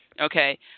okay